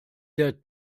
der